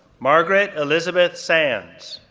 margaret elizabeth sands,